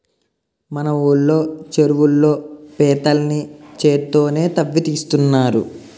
మన ఊళ్ళో చెరువుల్లో పీతల్ని చేత్తోనే తవ్వి తీస్తున్నారు